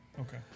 Okay